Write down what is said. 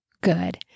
good